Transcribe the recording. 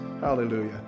Hallelujah